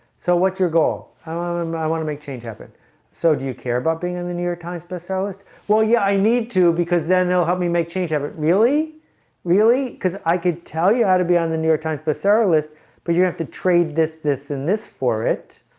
so what's your goal? i want um um i want to make change happen so do you care about being in the new york times bestseller list? well, yeah, i need to because then they'll help me make change ever really really really because i could tell you how to be on the new york times bestseller list but you have to trade this this and this for it